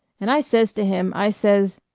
and i says to him, i says